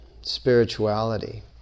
spirituality